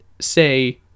say